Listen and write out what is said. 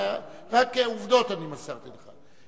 אלא רק עובדות אני מסרתי לך.